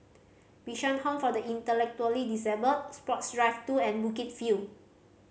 Bishan Home for the Intellectually Disabled Sports Drive Two and Bukit View